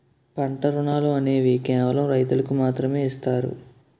పంట రుణాలు అనేవి కేవలం రైతులకు మాత్రమే ఇస్తారు